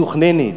מתוכננת,